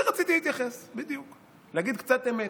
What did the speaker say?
לזה רציתי להתייחס בדיוק, להגיד קצת אמת.